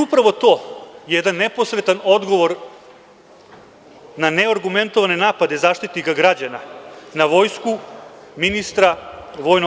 Upravo je to jedan neposredan odgovor na neargumentovane napade Zaštitnika građana na vojsku, ministra, VOA.